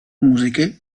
musiche